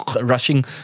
Rushing